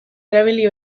erabili